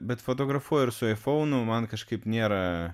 bet fotografu ir su aifounu man kažkaip nėra